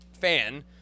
fan